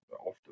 often